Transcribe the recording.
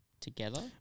together